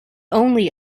only